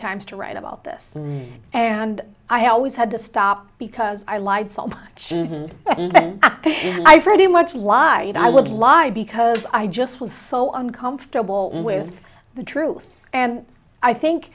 times to write about this and i always had to stop because i lied so much and i pretty much lie i would lie because i just feel so uncomfortable with the truth and i think